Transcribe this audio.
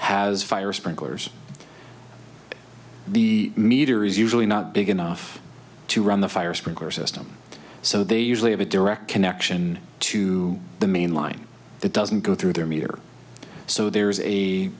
has fire sprinklers the meter is usually not big enough to run the fire sprinkler system so they usually have a direct connection to the main line that doesn't go through their meter so there is a